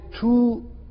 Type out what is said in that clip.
two